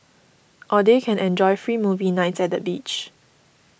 or they can enjoy free movie nights at the beach